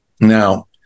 Now